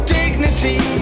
dignity